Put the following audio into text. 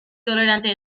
tolerante